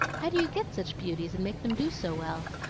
how did you get such beauties, and make them do so well?